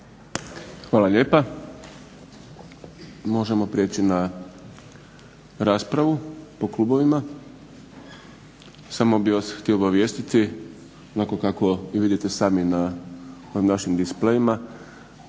Hvala lijepa. Možemo prijeći na raspravu po klubovima. Samo bih vas htio obavijestiti onako kako i vidite sami na ovim našim displejima,